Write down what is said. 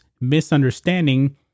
misunderstanding